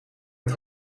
dit